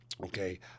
okay